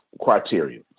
criteria